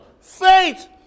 faith